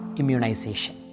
immunization